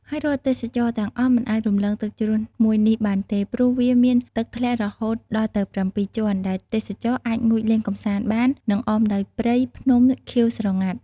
ហើយរាល់ទេសចរទាំងអស់ មិនអាចរំលងទឹកជ្រោះមួយនេះបានទេ ព្រោះវាមានទឹកធ្លាក់រហូតដល់ទៅ៧ជាន់ ដែលទេសចរអាចងូតលេងកម្សាន្តបាន និងអមដោយព្រៃ ភ្នំ ខៀវស្រងាត់។